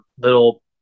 little